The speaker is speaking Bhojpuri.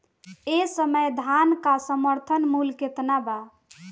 एह समय धान क समर्थन मूल्य केतना बा?